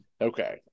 okay